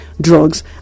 drugs